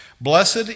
blessed